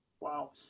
Wow